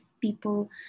people